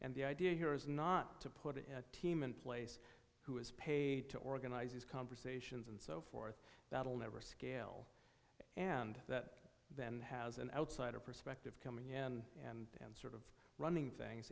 and the idea here is not to put a team in place who is paid to organize these conversations and so forth that'll never scale and that then has an outsider perspective coming in and running things